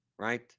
right